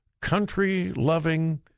country-loving